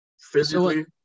Physically